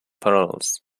parlors